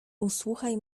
usłuchaj